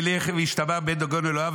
וילך וישתבח בבית דגון אלוהיו,